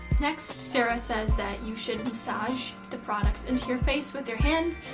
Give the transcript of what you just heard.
next, sarah says that you should massage the products into your face with your hands,